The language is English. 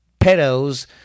pedos